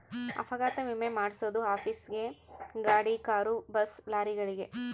ಅಪಘಾತ ವಿಮೆ ಮಾದ್ಸೊದು ಆಫೀಸ್ ಗೇ ಗಾಡಿ ಕಾರು ಬಸ್ ಲಾರಿಗಳಿಗೆ